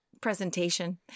Presentation